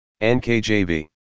NKJV